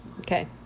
Okay